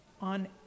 on